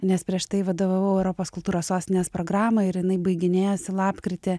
nes prieš tai vadovavau europos kultūros sostinės programoj ir jinai baiginėjosi lapkritį